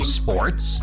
sports